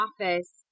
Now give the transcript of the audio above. office